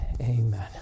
Amen